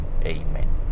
Amen